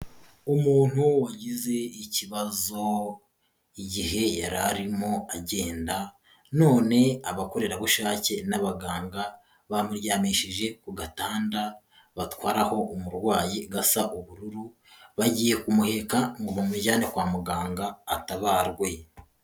Umuntu wagize ikibazo igihe yari arimo agenda, none abakorerabushake n'abaganga bamuryamishije ku gatanda batwaraho umurwayi gasa ubururu, bagiye kumuheka ngo bamujyane kwa muganga atabarwe.